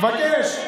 תבקש.